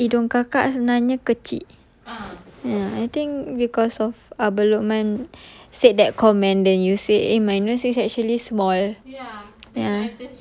apa hidung kakak sebenarnya kecil ya I think because of abang lukman said that comment then you say eh my nose is actually small